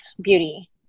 beauty